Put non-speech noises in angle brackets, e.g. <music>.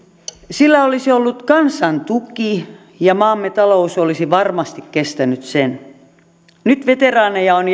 sillä olisi ollut kansan tuki ja maamme talous olisi varmasti kestänyt sen nyt veteraaneja on <unintelligible>